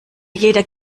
jeder